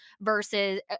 versus